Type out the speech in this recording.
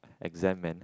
exam man